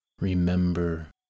Remember